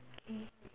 mm